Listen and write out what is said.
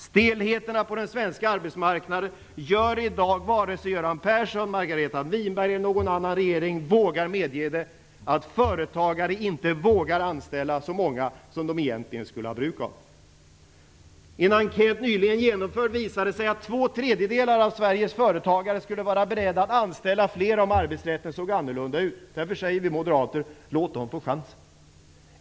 Stelheterna på den svenska arbetsmarknaden gör i dag - oavsett om Göran Persson, Margareta Winberg eller någon annan i regeringen vågar medge det - att företagare inte vågar anställa så många som de egentligen skulle ha bruk av. I en enkät som nyligen genomförts visade det sig att två tredjedelar av Sveriges företagare skulle vara beredd att anställa fler om arbetsrätten såg annorlunda ut. Därför säger vi moderater: Låt dem få chansen.